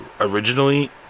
originally